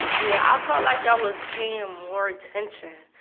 yeah. i felt like y'all was paying more attention.